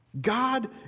God